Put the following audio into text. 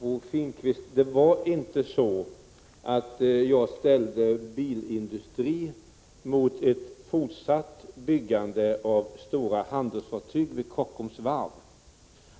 Fru talman! Det var inte så, Bo Finnkvist, att jag ställde bilindustrin mot ett fortsatt byggande av stora handelsfartyg vid Kockums varv.